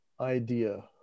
idea